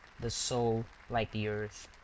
the soul, like the earth,